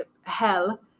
hell